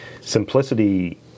simplicity